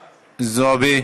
זועבי.